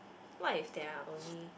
why is there are only